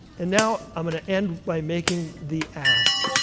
and now i'm going to end by making the ask.